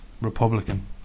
republican